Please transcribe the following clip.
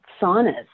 saunas